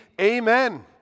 amen